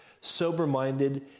sober-minded